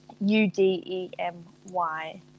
U-D-E-M-Y